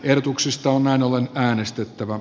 ehdotuksista on näin ollen äänestettävä